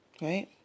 Right